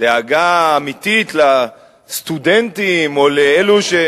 דאגה אמיתית לסטודנטים או לאלו,